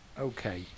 Okay